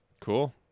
Cool